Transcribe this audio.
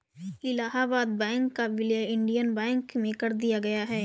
Allahabad bank का विलय Indian bank में कर दिया गया है